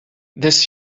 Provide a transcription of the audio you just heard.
this